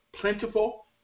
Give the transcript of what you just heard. plentiful